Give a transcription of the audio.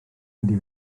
ydy